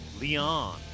Leon